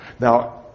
Now